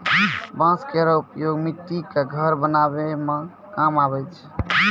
बांस केरो उपयोग मट्टी क घरो बनावै म काम आवै छै